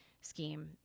scheme